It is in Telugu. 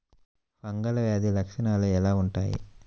ఫంగల్ వ్యాధి లక్షనాలు ఎలా వుంటాయి?